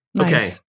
Okay